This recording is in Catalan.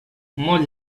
molt